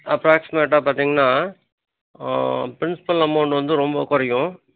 அப்ராக்சிமேட்டாக பார்த்தீங்கன்னா principal amount வந்து ரொம்ப குறையும்